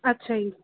ਅੱਛਾ ਜੀ